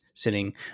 sitting